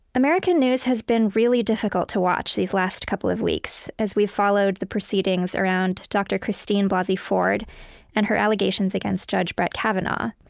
american news has been really difficult to watch these last couple of weeks as we've followed the proceedings around dr. christine blasey ford and her allegations against judge brett kavanaugh.